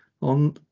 on